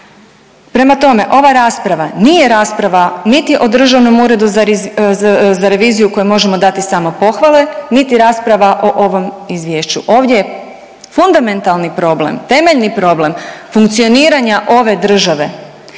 Prema tome, ova rasprava nije rasprava niti o Državnom uredu za reviziju kojem možemo dati samo pohvale niti rasprava o ovom Izvješću, ovdje fundamentalni problem, temeljni problem funkcioniranja ove države